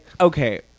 okay